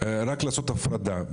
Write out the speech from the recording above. רק לעשות הפרדה,